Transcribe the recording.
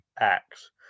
acts